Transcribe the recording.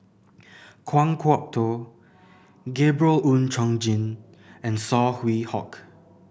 Kan Kwok Toh Gabriel Oon Chong Jin and Saw Swee Hock